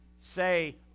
say